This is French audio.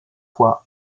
fois